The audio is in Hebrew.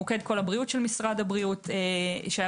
מוקד קול הבריאות של משרד הבריאות שהיה